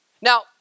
Now